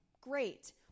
Great